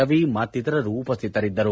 ರವಿ ಮತ್ತಿತರರು ಉಪಸ್ಟಿತರಿದ್ದರು